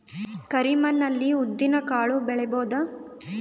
ಕರಿ ಮಣ್ಣ ಅಲ್ಲಿ ಉದ್ದಿನ್ ಕಾಳು ಬೆಳಿಬೋದ?